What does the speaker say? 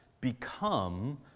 become